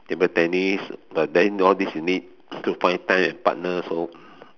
table tennis but then all these you need to find time and partner so